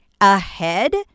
ahead